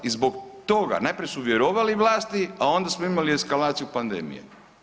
I zbog toga najprije su vjerovali vlasti, a onda smo imali eskalaciju pandemije.